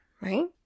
right